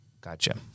Gotcha